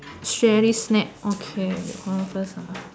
Sherry snack okay you hold on first ah